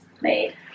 made